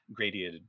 gradiated